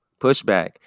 pushback